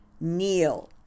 Kneel